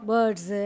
Birds